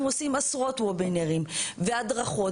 אנחנו עושים עשרות ובינרים והדרכות,